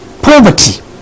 poverty